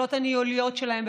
ביכולות הניהוליות שלהן,